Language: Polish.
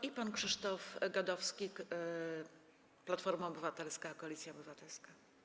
I pan Krzysztof Gadowski, Platforma Obywatelska - Koalicja Obywatelska.